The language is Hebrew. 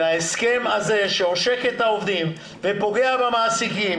שההסכם הזה שעושק את העובדים ופוגע במעסיקים